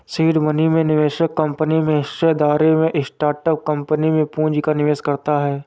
seed money में निवेशक company में हिस्सेदारी में स्टार्टअप कंपनी में पूंजी का निवेश करता है